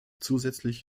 zusätzlich